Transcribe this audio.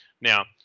Now